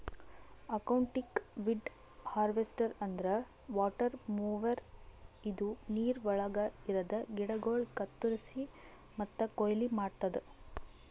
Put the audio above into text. aquatic weed harvester ಅಂದ್ರ water mower ಇದು ನೀರವಳಗ್ ಇರದ ಗಿಡಗೋಳು ಕತ್ತುರಸಿ ಮತ್ತ ಕೊಯ್ಲಿ ಮಾಡ್ತುದ